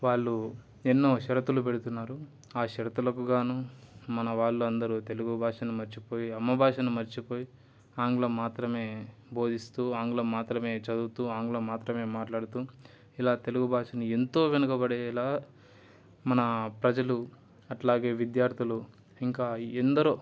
వాళ్ళు ఎన్నో షరతులు పెడుతున్నారు ఆ షరతులకు గాను మన వాళ్ళందరూ తెలుగు భాషను మర్చిపోయి అమ్మ భాషను మర్చిపోయి ఆంగ్లం మాత్రమే బోధిస్తూ ఆంగ్లం మాత్రమే చదువుతూ ఆంగ్లం మాత్రమే మాట్లాడుతూ ఇలా తెలుగు భాషని ఎంతో వెనకబడేలా మన ప్రజలు అట్లాగే విద్యార్థులు ఇంకా ఎందరో